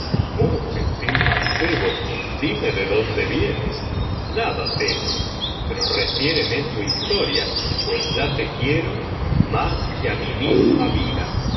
oh gentil mancebo dime de dónde vienes nada temas pero refiéreme tu historia pues ya te quiero más que á mi misma vida